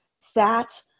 sat